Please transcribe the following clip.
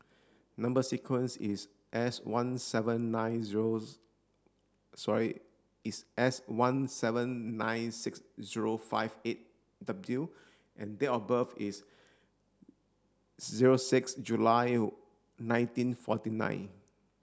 number sequence is S one seven nine zeros sorry is S one seven nine six zero five eight W and date of birth is zero six July nineteen forty nine